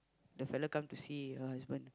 the fellow come to see her husband